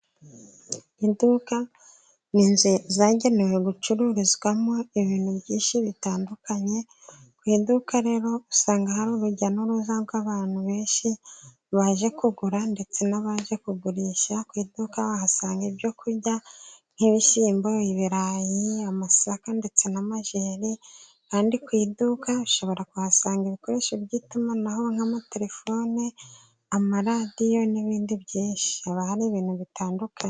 Iduka ni inzu zagenewe gucururizwamo ibintu byinshi bitandukanye. Ku iduka rero usanga hari urujya n'uruza rw'abantu benshi baje kugura ndetse n'abaje kugurisha. Ku iduka wahasanga ibyo kurya: nk'ibishyimbo, ibirayi, amasaka ndetse n'amajeri, kandi ku iduka ushobora kuhasanga ibikoresho by'itumanaho: nk'amatelefone, amaradiyo n'ibindi byinshi. Haba hari ibintu bitandukanye